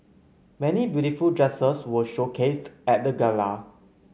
many beautiful dresses were showcased at the gala